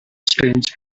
strange